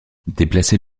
déplacer